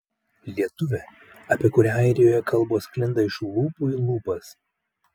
lietuvė apie kurią airijoje kalbos sklinda iš lūpų į lūpas